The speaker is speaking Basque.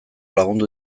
lagundu